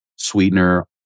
sweetener